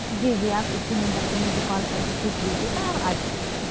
जी जी आप इसी नंबर पर मुझे कॉल कर के पूछ लीजिएगा और आ जाएगा